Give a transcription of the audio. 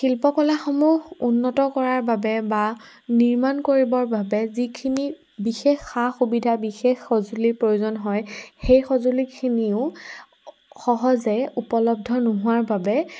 শিল্পকলাসমূহ উন্নত কৰাৰ বাবে বা নিৰ্মাণ কৰিবৰ বাবে যিখিনি বিশেষ সা সুবিধা বিশেষ সঁজুলিৰ প্ৰয়োজন হয় সেই সঁজুলিখিনিও সহজে উপলব্ধ নোহোৱাৰ বাবে